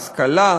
השכלה,